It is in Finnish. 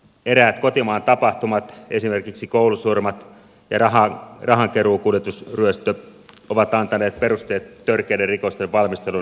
eräät kotimaan tapahtumat esimerkiksi koulusurmat ja rahankeruukuljetusryöstö ovat antaneet perusteet törkeiden rikosten valmistelun kriminalisointiin